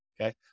Okay